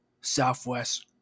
Southwest